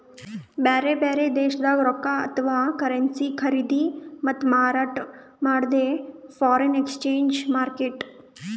ಬ್ಯಾರೆ ಬ್ಯಾರೆ ದೇಶದ್ದ್ ರೊಕ್ಕಾ ಅಥವಾ ಕರೆನ್ಸಿ ಖರೀದಿ ಮತ್ತ್ ಮಾರಾಟ್ ಮಾಡದೇ ಫಾರೆನ್ ಎಕ್ಸ್ಚೇಂಜ್ ಮಾರ್ಕೆಟ್